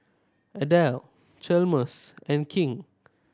Adelle Chalmers and King